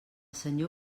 senyor